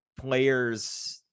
players